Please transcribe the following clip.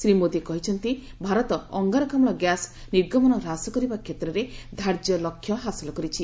ଶ୍ରୀ ମୋଦୀ କହିଛନ୍ତି ଭାରତ ଅଙ୍ଗାରକାମୁ ଗ୍ୟାସ୍ ନିର୍ଗମନ ହ୍ରାସ କରିବା କ୍ଷେତ୍ରରେ ଧାର୍ଯ୍ୟ ଲକ୍ଷ୍ୟ ହାସଲ କରିଛି